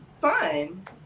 fun